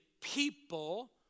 people